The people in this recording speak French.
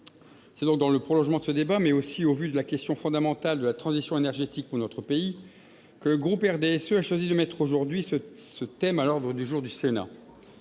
C'est donc dans le prolongement de ce débat, mais aussi au vu de la question fondamentale de la transition énergétique pour notre pays, que le groupe du RDSE a choisi de mettre ce thème à l'ordre du jour du Sénat.